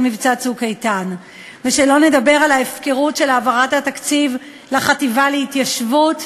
מבצע "צוק איתן"; ושלא לדבר על ההפקרות של העברת התקציב לחטיבה להתיישבות,